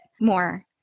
more